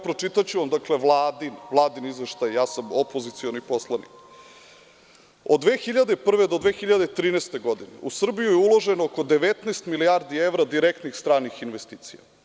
Pročitaću vam Vladin izveštaj, a ja sam opozicioni poslanik: „Od 2001. do 2013. godine u Srbiju je uloženo oko 19 milijardi evra direktnih stranih investicija.